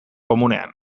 komunean